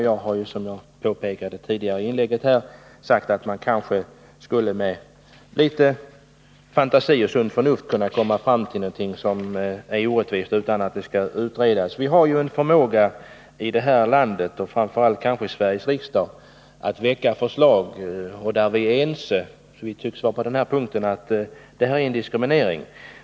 Jag påpekade i mitt tidigare inlägg att man kanske med litet fantasi och sunt förnuft skulle kunna komma fram till någonting som är rättvist, utan att det behöver utredas. Vi har en förmåga här i landet, och framför allt kanske i riksdagen, att väcka förslag på punkter där vi är ense. Det tycks vi vara på denna punkt — vi anser att det här är en diskriminering.